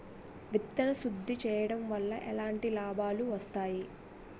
విత్తన శుద్ధి చేయడం వల్ల ఎలాంటి లాభాలు వస్తాయి?